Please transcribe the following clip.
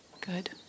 Good